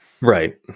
Right